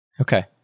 Okay